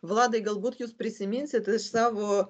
vladai galbūt jūs prisiminsit iš savo